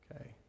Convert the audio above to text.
Okay